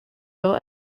built